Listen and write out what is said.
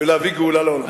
ולהביא גאולה לעולם.